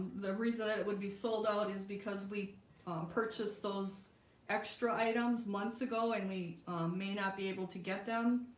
the reason it would be sold out is because we purchased those extra items months ago and we may not be able to get them